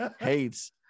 hates